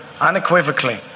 unequivocally